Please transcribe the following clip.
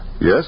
Yes